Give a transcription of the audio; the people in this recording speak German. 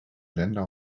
länder